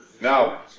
now